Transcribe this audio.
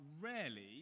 rarely